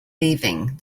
leaving